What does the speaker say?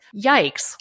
yikes